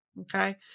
Okay